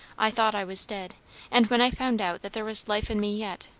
i thought i was dead and when i found out that there was life in me yet,